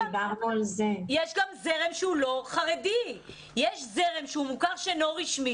יש גם זרם שהוא לא חרדי שהוא מוכר שאינו רשמי